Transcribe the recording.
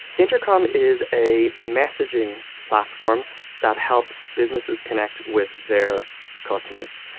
intercom is a messaging platform that helps businesses connect with their customers.